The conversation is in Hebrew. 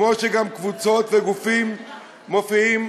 וגם קבוצות וגופים מופיעים,